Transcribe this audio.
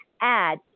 add